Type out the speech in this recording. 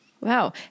Wow